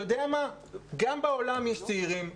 גם בעולם יש צעירים,